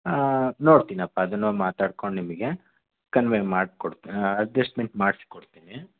ಹಾಂ ನೋಡ್ತಿನಪ್ಪ ಅದನ್ನೂ ಮಾತಾಡಿಕೊಂಡು ನಿಮಗೆ ಕನ್ವೆ ಮಾಡ್ಕೊಡ್ತೀ ಅಡ್ಜಸ್ಟ್ಮೆಂಟ್ ಮಾಡಿಸ್ಕೊಡ್ತೀನಿ